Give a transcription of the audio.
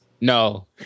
No